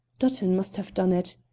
dutton must have done it.